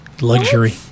luxury